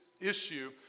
Issue